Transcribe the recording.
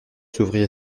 s’ouvrit